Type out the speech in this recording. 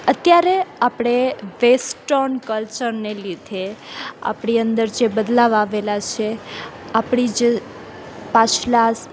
અત્યારે આપણે વેસ્ટોર્ન કલ્ચરને લીધે આપણી અંદર જે બદલાવ આવેલા છે આપણી જે પાછલાં